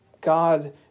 God